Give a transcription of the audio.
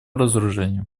разоружению